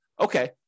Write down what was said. okay